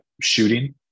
shooting